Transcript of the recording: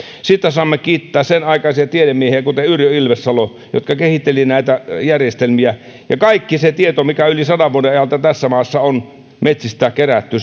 siitä saamme kiittää sen aikaisia tiedemiehiä kuten yrjö ilvessaloa jotka kehittelivät näitä järjestelmiä kaikki se tieto mikä on yli sadan vuoden ajalta tässä maassa metsistä kerätty